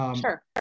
sure